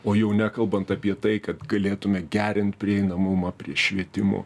o jau nekalbant apie tai kad galėtume gerint prieinamumą prie švietimo